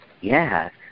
Yes